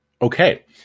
Okay